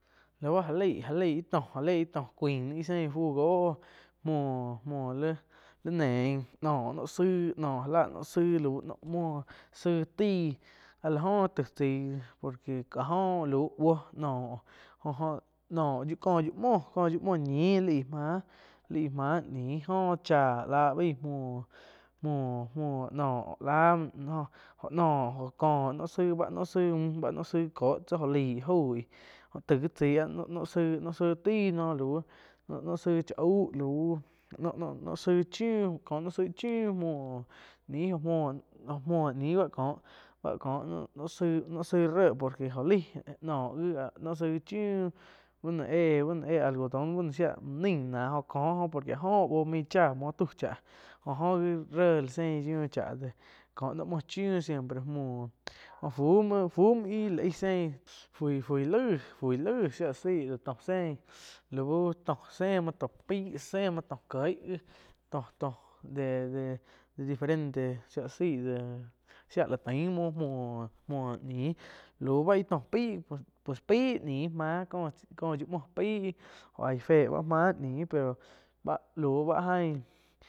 Lau gá leig, gá leig íh tóh gá leig íh cuain náh ih zein fúh góh muoh-muoh lí neih nóh zaig, gá lá no zaig lauh muo, zaig taí áh láh góh taig chaí por que áh óh lau buoh noh jó-jo noh li kó muoh có yiuh muoh ñih li gie mah, lí éh máh áh góh cháh láh baí muoh-muoh noh láh muoh jóh nóh koh báh no zaig-nó zaig müh báh cóh tsi jó laig oig. jóh taig gi tzai áh noh zaig noh zaig tain noh áh jo lau noh zaig aú lauh noh-noh zaig chá auh lau no-noh zaig chiúh, zaig chiúh muoh ñiu óh muoh ní bá cóh, bá cóh noh zaig ré por que jo laig kóh gi noh zaig chíuh bú no éh bu noh éh algodón búh no shiá naih náh óh koh oh por que áh joh buoh main cháh muo tau cháh oh jo gi réh lá sein yiu chá déh có noh muoh chiuh siempre muoh fú muo, fu muo íh láh ai sein fui-fui laig, shía la zai tó zein lau tó zein tó pai zein tó kieg tó-tó de diferente shía la sai deh shía la tain muoh, muo-muo ñiu lau bá ih tó paih pues paih ñiu máh có yiu muo paih óh aig fé báh máh ñiu pero báh lau báh ain.